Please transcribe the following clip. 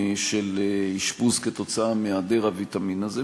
באשפוז בשל היעדר הוויטמין הזה.